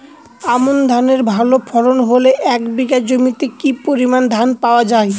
আমন ধানের ভালো ফলন হলে এক বিঘা জমিতে কি পরিমান ধান পাওয়া যায়?